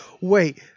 wait